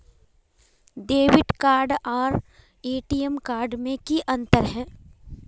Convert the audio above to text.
Debit card आर ATM card में की अंतर है?